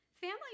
family